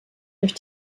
durch